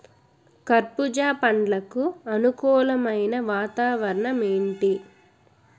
కర్బుజ పండ్లకు అనుకూలమైన వాతావరణం ఏంటి?